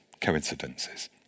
coincidences